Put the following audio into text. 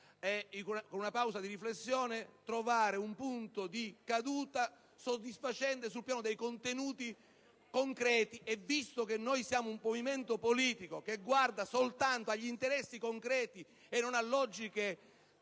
non mi piacciono, al fine di trovare un punto di intesa soddisfacente sul piano dei contenuti concreti. E visto che noi siamo un movimento politico che guarda soltanto agli interessi concreti e non a logiche